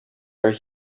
are